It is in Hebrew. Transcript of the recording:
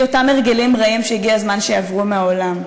והיא אותם הרגלים רעים שהגיע הזמן שיעברו מהעולם.